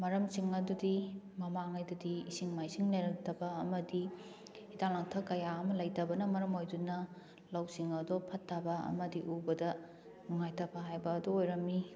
ꯃꯔꯝꯁꯤꯡ ꯑꯗꯨꯗꯤ ꯃꯃꯥꯡꯉꯩꯗꯗꯤ ꯏꯁꯤꯡ ꯃꯥꯏꯁꯤꯡ ꯂꯩꯔꯛꯇꯕ ꯑꯃꯗꯤ ꯍꯤꯗꯥꯛ ꯂꯥꯡꯊꯛ ꯀꯌꯥ ꯑꯃ ꯂꯩꯇꯕꯅ ꯃꯔꯝ ꯑꯣꯏꯗꯨꯅ ꯂꯧꯁꯤꯡ ꯑꯗꯣ ꯐꯠꯇꯕ ꯑꯃꯗꯤ ꯎꯕꯗ ꯅꯨꯡꯉꯥꯏꯇꯕ ꯍꯥꯏꯕꯗꯣ ꯑꯣꯏꯔꯝꯃꯤ